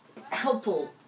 helpful